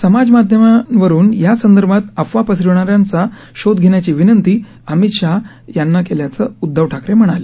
समाज माध्यमांवरून यासंदर्भात अफवा पसरविणाऱ्यांचा शोध घेण्याची विनंती अमित शहा यांना केल्याचं उदधव ठाकरे म्हणाले